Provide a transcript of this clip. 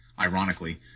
Ironically